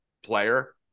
player